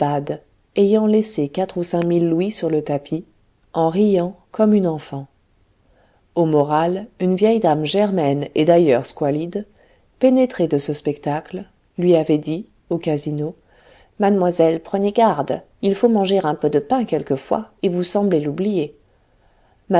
ayant laissé quatre ou cinq mille louis sur le tapis en riant comme une enfant au moral une vieille dame germaine et d'ailleurs squalide pénétrée de ce spectacle lui avait dit au casino mademoiselle prenez garde il faut manger un peu de pain quelquefois et vous semblez l'oublier